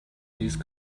these